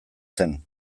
zen